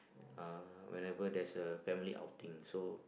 uh whenever there is a family outing so